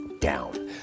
down